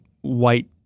white